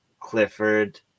Clifford